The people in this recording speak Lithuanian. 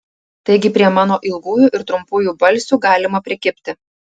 taigi prie mano ilgųjų ir trumpųjų balsių galima prikibti